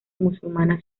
musulmana